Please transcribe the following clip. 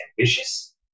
ambitious